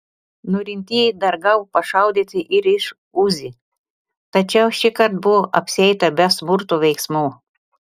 norintieji dar gavo pašaudyti ir iš uzi tačiau šįkart buvo apsieita be smurto veiksmų